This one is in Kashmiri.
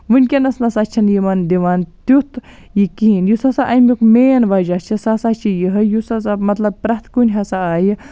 وٕنکیٚنَس نَسا چھَنہٕ یِمَن دِوان تیُتھ یہِ کِہیٖنۍ یُس ہَسا امیُک مین وَجہ چھ سُہ ہَسا چھِ یِہے یُس ہَسا مَطلَب پرٮ۪تھ کُنہِ ہَسا آیہِ